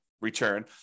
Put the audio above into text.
Return